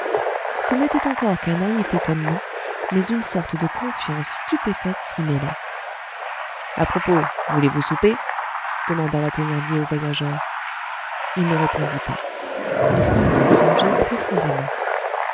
ce n'était encore qu'un naïf étonnement mais une sorte de confiance stupéfaite s'y mêlait à propos voulez-vous souper demanda la thénardier au voyageur il ne répondit pas il semblait songer profondément